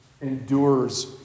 endures